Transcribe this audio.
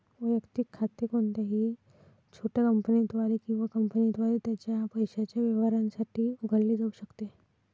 वैयक्तिक खाते कोणत्याही छोट्या कंपनीद्वारे किंवा कंपनीद्वारे त्याच्या पैशाच्या व्यवहारांसाठी उघडले जाऊ शकते